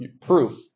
proof